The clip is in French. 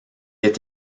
est